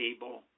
Table